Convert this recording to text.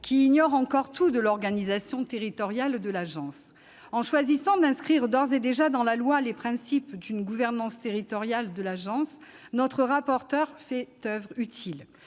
qui ignorent encore tout de l'organisation territoriale de l'Agence. En choisissant d'inscrire d'ores et déjà dans la loi les principes de sa gouvernance territoriale, notre rapporteur fait oeuvre utile,